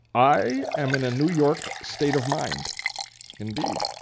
i am in a new york state of mind indeed.